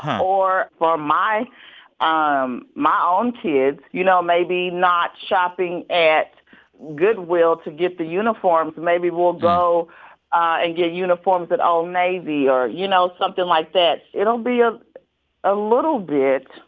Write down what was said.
or for my ah um my own kids you know, maybe not shopping at goodwill to get the uniforms. maybe we'll go and get uniforms at old navy or, you know, something like that. it'll be a ah little bit,